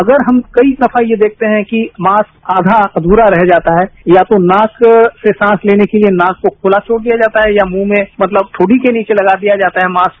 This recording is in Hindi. अगर हम कई दफा ये देखते है कि मास्क आधा अधूरा रह जाता है या तो मास्क से सांस लेने के लिए नाक को खुला छोड़ दिया जाता है या मुंह में मतलब ठोड़ी के नीचे लगा दिया जाता है मास्क